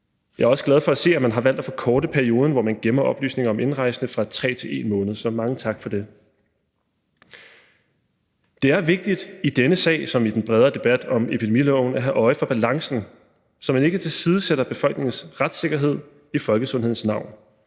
Jeg er også glad for at se, at man har valgt at forkorte perioden, hvor man gemmer oplysninger om indrejsende, fra 3 til 1 måned. Så mange tak for det. Det er vigtigt i denne sag som i den bredere debat om epidemiloven at have øje for balancen, så man ikke tilsidesætter befolkningens retssikkerhed i folkesundhedens navn,